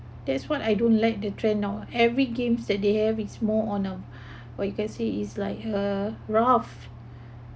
that's what I don't like the trend now every games that they have is more on a what you guys say is like a rough